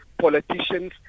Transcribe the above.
politicians